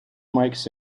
makes